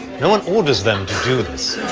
no one orders them to do this,